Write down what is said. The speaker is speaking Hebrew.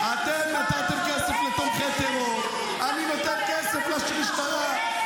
אתם נתתם כסף לתומכי טרור, אני נותן כסף למשטרה.